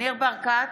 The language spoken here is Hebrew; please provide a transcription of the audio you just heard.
ניר ברקת,